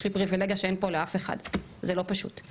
יש לי פריווילגיה שאין פה לאף אחד, זה לא פשוט.